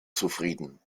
zufrieden